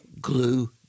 glue